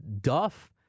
Duff